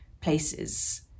places